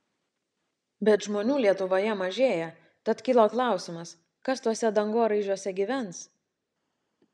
bet žmonių lietuvoje mažėja tad kyla klausimas kas tuose dangoraižiuose gyvens